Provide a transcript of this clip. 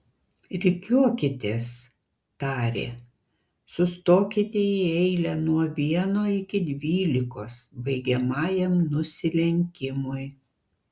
rikiuokitės tarė sustokite į eilę nuo vieno iki dvylikos baigiamajam nusilenkimui